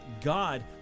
God